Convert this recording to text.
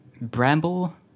Bramble